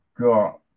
got